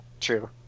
true